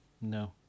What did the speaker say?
no